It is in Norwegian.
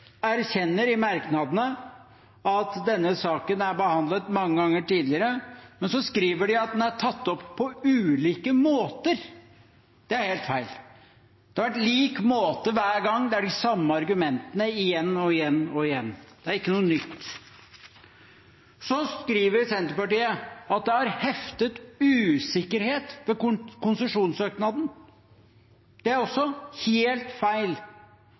erkjenner i merknadene at denne saken er behandlet mange ganger tidligere, men så skriver de at den er tatt opp på ulike måter. Det er helt feil. Det har vært lik måte hver gang, det er de samme argumentene igjen og igjen og igjen. Det er ikke noe nytt. Så skriver Senterpartiet at det er heftet usikkerhet ved konsesjonssøknaden. Det er også helt feil.